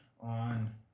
on